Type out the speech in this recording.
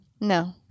no